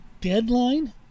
deadline